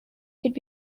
could